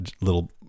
little